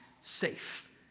safe